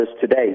today